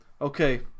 okay